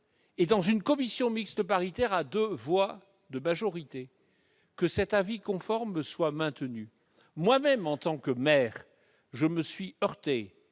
d'une commission mixte paritaire, à une majorité de deux voix, que cet avis conforme soit maintenu. Moi-même, en tant que maire, je me suis heurté